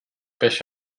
beş